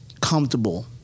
comfortable